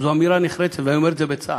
זו אמירה נחרצת, ואני אומר את זה בצער.